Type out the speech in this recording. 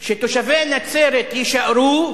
שתושבי נצרת יישארו,